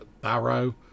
barrow